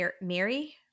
Mary